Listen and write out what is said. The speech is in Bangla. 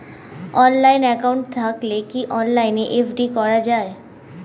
অনলাইন একাউন্ট থাকলে কি অনলাইনে এফ.ডি করা যায়?